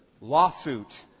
lawsuit